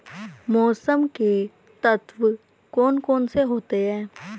मौसम के तत्व कौन कौन से होते हैं?